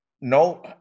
no